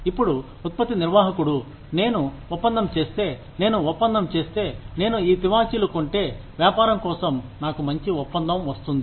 ఇప్పుడు ఉత్పత్తి నిర్వాహకుడు నేను ఒప్పందం చేస్తే నేను ఒప్పందం చేస్తే నేను ఈ తివాచీలు కొంటే వ్యాపారం కోసం నాకు మంచి ఒప్పందం వస్తుంది